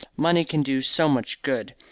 money can do so much good,